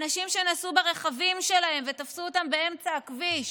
אנשים שנסעו ברכבים שלהם ותפסו אותם באמצע הכביש